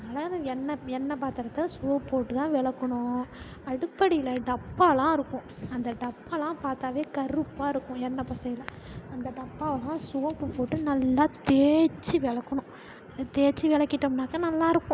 அதனால் எண்ணெய் எண்ணெய் பாத்திரத்த சோப்பு போட்டுதான் விளக்கணும் அடுப்படியில் டப்பாலாம் இருக்கும் அந்த டப்பாலாம் பார்த்தாவே கருப்பாக இருக்கும் எண்ணெய் பசைல அந்த டப்பாவைலாம் சோப்பு போட்டு நல்லா தேய்ச்சி விளக்கணும் அதை தேய்ச்சி விளக்கிட்டோம்னாக்கா நல்லா இருக்கும்